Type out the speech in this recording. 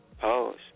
Pause